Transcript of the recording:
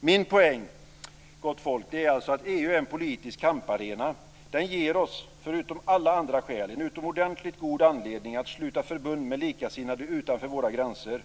Min poäng är att EU är en politisk kamparena. Den ger oss, förutom alla andra skäl, en utomordentligt god anledning att sluta förbund med likasinnade utanför våra gränser.